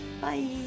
Bye